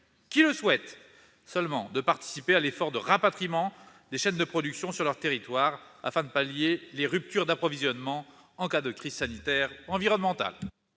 qui le souhaitent de participer à l'effort de rapatriement des chaînes de production sur le territoire, pour remédier aux ruptures d'approvisionnement en cas de crise sanitaire ou environnementale.